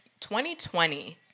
2020